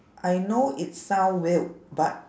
I know it sound weird but